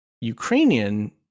Ukrainian